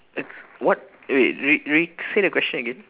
it's what eh wait re~ re~ re~ say the question again